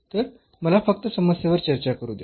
तर मला फक्त समस्येवर चर्चा करू द्या